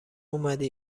اومدی